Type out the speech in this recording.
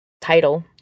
title